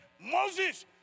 Moses